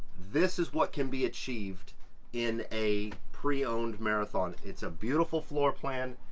this is what can be achieved in a pre-owned marathon. it's a beautiful floor plan,